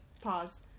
pause